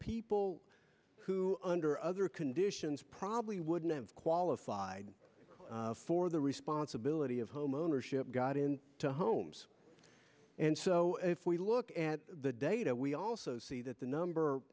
people who under other conditions probably wouldn't have qualified for the responsibility of homeownership got in the homes and so if we look at the data we also see that the number